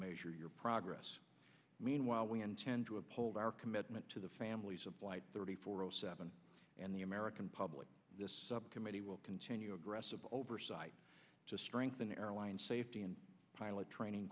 measure your progress meanwhile we intend to uphold our commitment to the families of flight thirty four zero seven and the american public this subcommittee will continue aggressive oversight to strengthen airline safety and pilot training